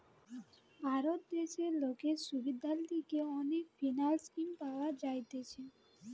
ভারত দেশে লোকের সুবিধার লিগে অনেক ফিন্যান্স স্কিম পাওয়া যাইতেছে